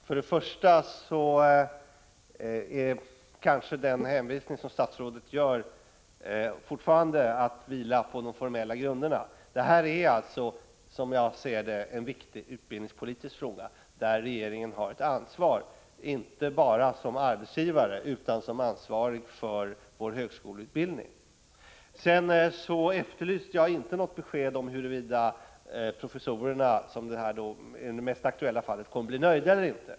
Herr talman! Den hänvisning som statsrådet gör vilar fortfarande på formella grunder. Som jag ser det är detta en viktig utbildningspolitisk fråga, där regeringen har ett ansvar, inte bara som arbetsgivare utan som ansvarig för högskoleutbildningen. Jag efterlyste inte något besked om huruvida professorerna, som är mest aktuella i detta fall, kommer att bli nöjda eller inte.